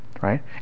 right